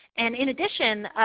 and in addition,